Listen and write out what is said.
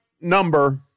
number